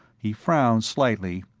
he frowned slightly,